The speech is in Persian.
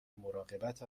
مراقبت